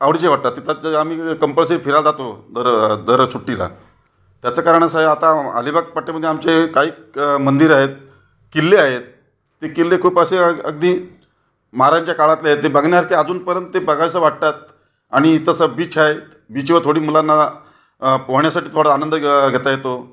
आवडीचे वाटतात तिथे तर आम्ही कंपलसरी फिरायला जातो दर दर सुट्टीला त्याचं कारण असं आहे आता अलिबाग पट्ट्यामध्ये आमचे कैक मंदिरं आहेत किल्ले आहेत ते किल्ले खूप असे अगदी महाराजांच्या काळातले आहे ते बघण्यासारखे अजूनपर्यंत ते बघावेसे वाटतात आणि इथं असं बीच आहे बीचवर थोडी मुलांना पोहण्यासाठी थोडा आनंद घ घेता येतो